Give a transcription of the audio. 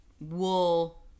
wool